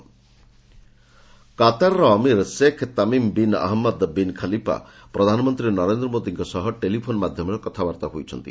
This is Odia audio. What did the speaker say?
ଇଣ୍ଡିଆ କାତାର କାତାରର Emir Sheikh Tamim bin Ahmad bin Khalifa ପ୍ରଧାନମନ୍ତ୍ରୀ ନରେନ୍ଦ୍ର ମୋଦିଙ୍କ ସହ ଟେଲିଫୋନ୍ ମାଧ୍ୟମରେ କଥାବାର୍ତ୍ତା ହୋଇଛନ୍ତି